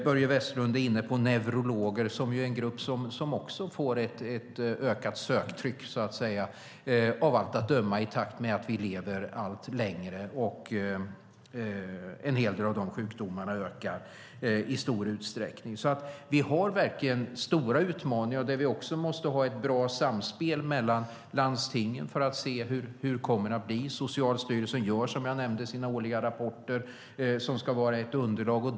Börje Vestlund är inne på neurologer, en grupp som av allt att döma också får ett ökat söktryck i takt med att vi lever allt längre och en hel del av de neurologiska sjukdomarna ökar. Vi har verkligen stora utmaningar och därför måste vi ha ett bra samspel mellan landstingen. Socialstyrelsen gör, som jag nämnde, sina årliga rapporter som ska vara ett underlag.